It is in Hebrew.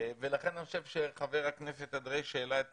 לכן אני חושב שצדק חבר הכנסת אנדרי שהעלה את